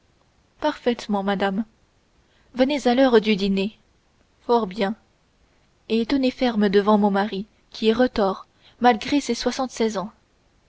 parfaitement madame venez à l'heure du dîner fort bien et tenez ferme devant mon mari qui est retors malgré ses soixante-seize ans